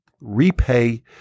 repay